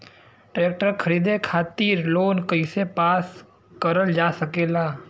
Tractor खरीदे खातीर loan कइसे पास करल जा सकेला?